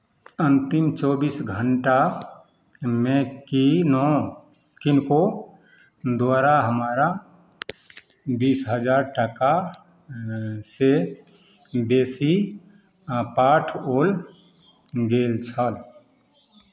अन्तिम चौबीस घण्टामे की नऽ किनको द्वारा हमरा बीस हजार टाकासँ बेसी पाठओल गेल छल